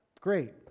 Great